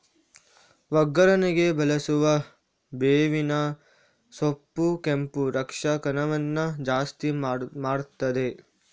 ಒಗ್ಗರಣೆಗೆ ಬಳಸುವ ಬೇವಿನ ಸೊಪ್ಪು ಕೆಂಪು ರಕ್ತ ಕಣವನ್ನ ಜಾಸ್ತಿ ಮಾಡ್ತದೆ